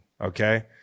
Okay